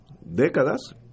décadas